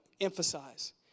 emphasize